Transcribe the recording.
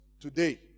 today